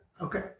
Okay